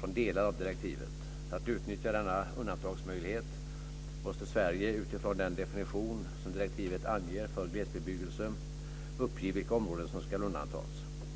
från delar av direktivet. För att utnyttja denna undantagsmöjlighet måste Sverige, utifrån den definition som direktivet anger för glesbebyggelse, uppge vilka områden som ska undantas.